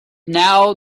now